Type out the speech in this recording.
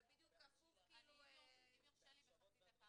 זה בדיוק הפוך --- אם יורשה לי בחצי דקה,